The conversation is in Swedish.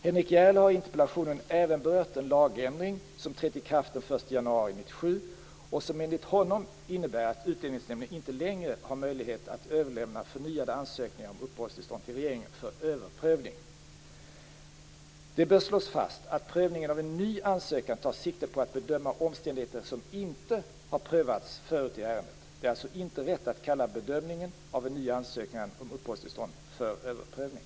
Henrik S Järrel har i interpellationen även berört en lagändring som trätt i kraft den 1 januari 1997 och som enligt honom innebär att Utlänningsnämnden inte längre har möjlighet att överlämna förnyade ansökningar om uppehållstillstånd till regeringen för "över"-prövning. Det bör slås fast att prövningen av en ny ansökan tar sikte på att bedöma omständigheter som inte har prövats förut i ärendet. Det är alltså inte rätt att kalla bedömningen av en ny ansökan om uppehållstillstånd för överprövning.